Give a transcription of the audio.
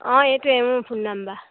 অঁ এইটোৱে মোৰ ফোন নাম্বাৰ